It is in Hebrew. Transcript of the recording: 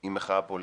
היא מחאה פוליטית,